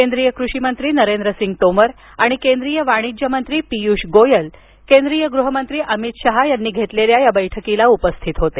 केंद्रीय कृषिमंत्री नरेंद्रसिंग तोमर आणि केंद्रीय वाणिज्य मंत्री पियुष गोयल केंद्रीय गृहमंत्री अमित शहा यावेळी उपस्थित होते